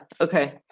okay